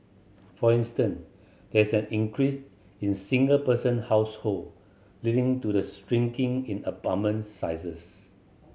for instance there is an increase in single person household leading to the shrinking in apartment sizes